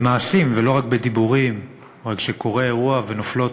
במעשים, ולא רק בדיבורים, כשקורה אירוע ונופלות,